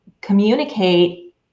communicate